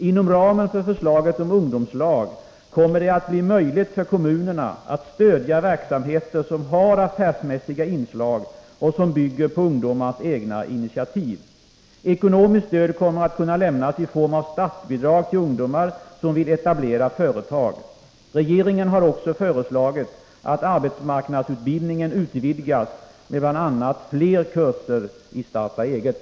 Inom ramen för förslaget om ungdomslag kommer det att bli möjligt för kommunerna att stödja verksamheter som har affärsmässiga inslag och som bygger på ungdomarnas egna initiativ. Ekonomiskt stöd kommer att kunna lämnas i form av startbidrag till ungdomar som vill etablera företag. Regeringen har också föreslagit att arbetsmarknadsutbildningen utvidgas med bl.a. fler kurser i ”starta eget”.